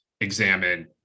examine